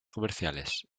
comerciales